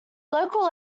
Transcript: local